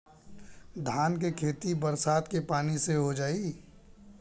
धान के खेती बरसात के पानी से हो जाई?